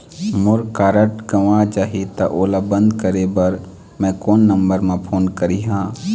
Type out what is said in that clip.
मोर card गंवा जाही त ओला बंद करें बर मैं कोन नंबर म फोन करिह?